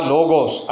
Logos